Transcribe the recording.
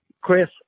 Chris